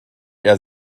eher